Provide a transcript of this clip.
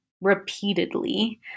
repeatedly